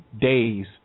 days